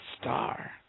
star